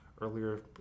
earlier